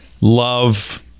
love